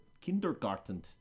kindergarten